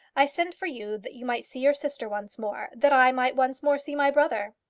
i sent for you that you might see your sister once more that i might once more see my brother.